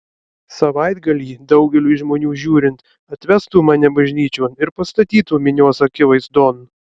savaitgalį daugeliui žmonių žiūrint atvestų mane bažnyčion ir pastatytų minios akivaizdon